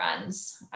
runs